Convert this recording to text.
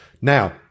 Now